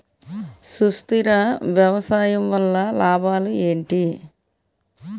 సుస్థిర వ్యవసాయం వల్ల లాభాలు ఏంటి?